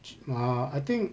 ah I think